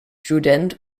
student